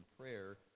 prayer